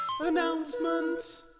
announcement